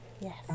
yes